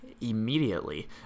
immediately